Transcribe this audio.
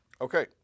Okay